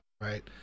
Right